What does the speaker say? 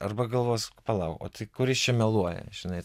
arba galvos palauk o tai kuris čia meluoja žinai